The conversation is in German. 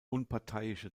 unparteiische